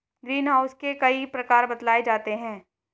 green house के कई प्रकार बतलाए जाते हैं